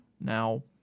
Now